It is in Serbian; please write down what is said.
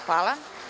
Hvala.